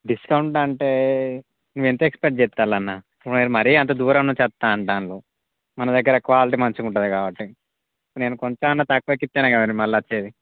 discount అంటే నువ్వు ఎంత ఎక్స్పెక్ట్ చెస్తారు అన్న మీరు మరీ అంత దూరం నుంచి వస్తా అంటాన్నారు మన దగ్గర క్వాలిటీ మంచిగుంటుంది కాబట్టి నేను కొంత అన్నా తక్కువకు ఇస్తేనే కదండి మళ్ళా వచ్చేది